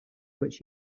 which